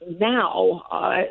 now